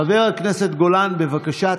חבר הכנסת גולן, בבקשה.